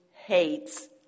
hates